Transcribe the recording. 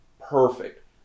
perfect